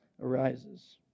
arises